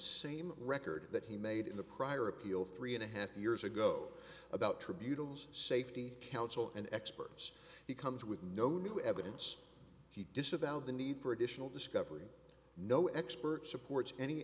same record that he made in the prior appeal three and a half years ago about tribunal's safety council and experts he comes with no new evidence he disavowed the need for additional discovery no expert supports any